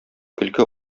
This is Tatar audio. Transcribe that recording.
көлке